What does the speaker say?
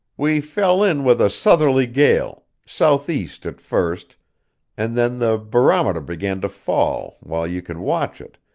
we fell in with a southerly gale, south-east at first and then the barometer began to fall while you could watch it,